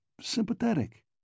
sympathetic